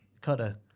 cutter